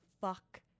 fuck